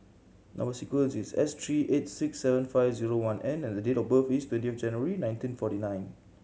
number sequence is S three eight six seven five zero one N and the date of birth is twentieth January nineteen forty nine